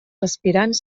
aspirants